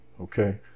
Okay